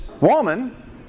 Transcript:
woman